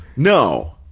no.